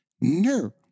No